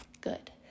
good